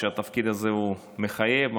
שהתפקיד הזה הוא מחייב,